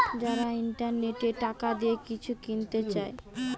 যারা ইন্টারনেটে টাকা দিয়ে কিছু কিনতে চায়